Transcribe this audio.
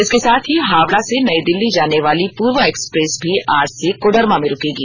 इसके साथ ही हावड़ा से नई दिल्ली जाने वाली पूर्वा एक्सप्रेस भी आज से कोडरमा में रूकेगी